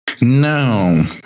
No